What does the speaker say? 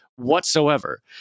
Whatsoever